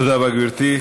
תודה רבה, גברתי.